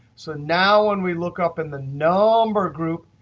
so now when we look up and the number group,